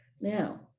Now